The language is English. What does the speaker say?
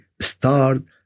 started